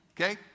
Okay